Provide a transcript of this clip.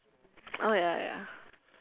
oh ya ya ya